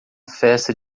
festa